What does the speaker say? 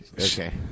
Okay